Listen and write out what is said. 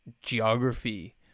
geography